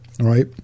right